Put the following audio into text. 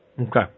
Okay